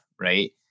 right